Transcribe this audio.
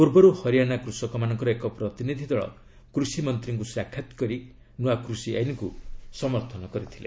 ପୂର୍ବରୁ ହରିୟାଣା କୁଷକମାନଙ୍କର ଏକ ପ୍ରତିନିଧି ଦଳ କୃଷିମନ୍ତ୍ରୀଙ୍କୁ ସାକ୍ଷାତ୍ କରି ନୂଆ କୃଷି ଆଇନକୁ ସମର୍ଥନ କରିଥିଲେ